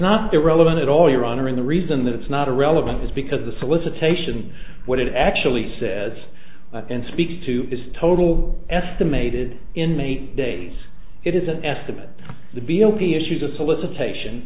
not there relevant at all you're honoring the reason that it's not a relevant is because the solicitation what it actually says and speaks to is total estimated inmate days it is an estimate the b l t issued a solicitation